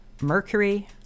Mercury